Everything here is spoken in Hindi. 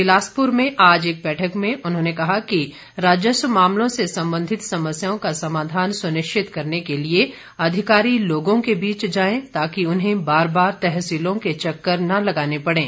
बिलासपुर में आज एक बैठक में उन्होंने कहा कि राजस्व मामलों से संबंधित समस्याओं का समाधान सुनिश्चित करने के लिए अधिकारी लोगों के बीच जाएं ताकि उन्हें बार बार तहसीलों के चक्कर न लगाने पड़े